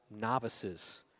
novices